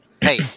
Hey